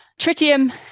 Tritium